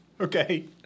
Okay